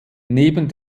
neben